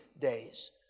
days